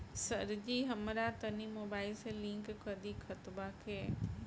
सरजी हमरा तनी मोबाइल से लिंक कदी खतबा के